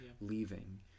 leaving